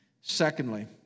Secondly